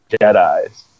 Jedis